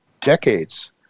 decades